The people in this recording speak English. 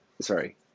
sorry